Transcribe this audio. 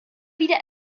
wieder